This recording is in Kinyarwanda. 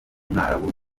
mwarabu